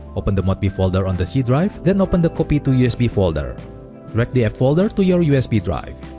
open the modmii folder on the c drive, then open the copy to usb folder. drag the app folder to your usb drive.